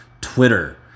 Twitter